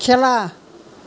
খেলা